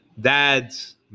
dads